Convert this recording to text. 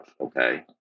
okay